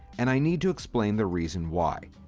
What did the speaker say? and i need to explain the reason why.